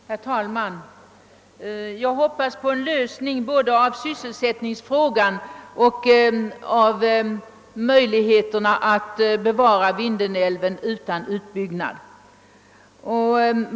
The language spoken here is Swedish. Herr talman! Jag hoppas på både en lösning av sysselsättningsfrågan och en möjlighet att bevara Vindelälven utan utbyggnad.